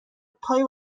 پای